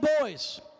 boys